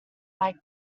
like